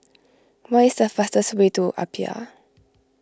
where is the fastest way to Apia